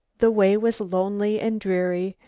the way was lonely and dreary,